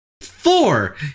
Four